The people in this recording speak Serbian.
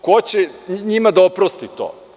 Ko će njima da oprosti to?